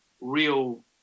real